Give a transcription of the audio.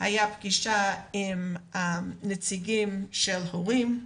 עם נציגי ההורים,